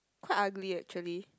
quite ugly actually